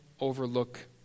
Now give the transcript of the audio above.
overlook